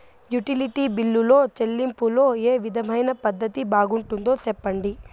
Utility బిల్లులో చెల్లింపులో ఏ విధమైన పద్దతి బాగుంటుందో సెప్పండి?